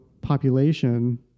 population